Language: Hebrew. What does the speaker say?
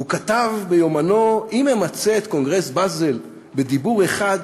הוא כתב ביומנו: "אם אמצה את קונגרס באזל בדיבור אחד,